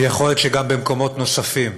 ויכול להיות שגם במקומות נוספים.